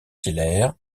hilaire